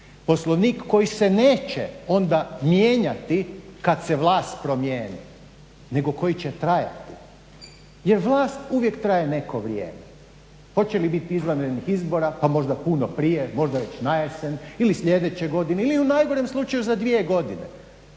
Poslovnik koji se neće onda mijenjati kad se vlast promijeni nego koji će trajati. Jer vlast uvijek traje neko vrijeme. Hoće li biti izvanrednih izbora? Pa možda puno prije, možda već najesen ili sljedeće godine ili u najgorem slučaju za dvije godine.